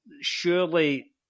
surely